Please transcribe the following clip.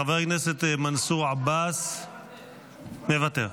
חבר הכנסת מנסור עבאס, מוותר.